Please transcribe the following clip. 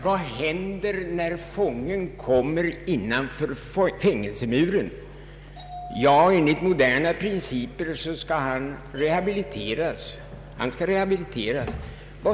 Vad händer när en fånge kommer innanför fängelsemuren? Enligt moderna principer skall han rehabiliteras.